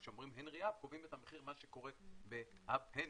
כשאומרים Henry hub קובעים את המחיר מה שקורה ב-hub Henry,